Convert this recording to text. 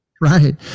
Right